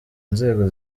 inzego